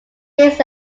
his